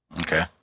Okay